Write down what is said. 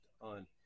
on